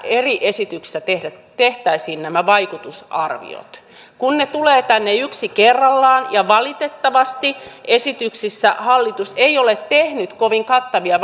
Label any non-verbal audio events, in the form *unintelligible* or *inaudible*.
eri esityksistä tehtäisiin nämä vaikutusarviot kun ne tulevat tänne yksi kerrallaan ja valitettavasti esityksissä hallitus ei ole tehnyt kovin kattavia *unintelligible*